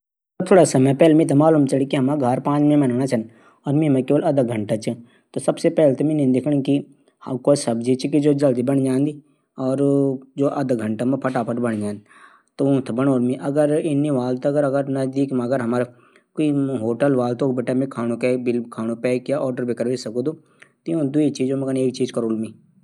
हाँ पौधों थै दर्द कू अहसास हूदूं चा। पौधों मा भी जान हूंदी चा। पौधा भी सांस लिदा छन। घूप से खाणू मिलदू पौधो। इले पौधो थै भी दर्द कू अहसास हूदू।